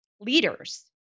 leaders